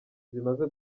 zimaze